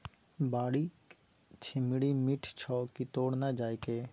बाड़ीक छिम्मड़ि मीठ छौ की तोड़ न जायके